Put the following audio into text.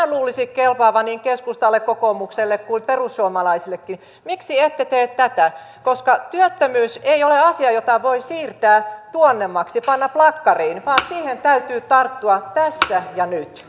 luulisi kelpaavan niin keskustalle kokoomukselle kuin perussuomalaisillekin miksi ette tee tätä työttömyys ei ole asia jota voi siirtää tuonnemmaksi panna plakkariin vaan siihen täytyy tarttua tässä ja nyt